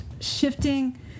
shifting